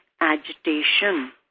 agitation